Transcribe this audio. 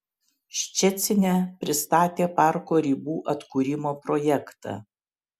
ščecine pristatė parko ribų atkūrimo projektą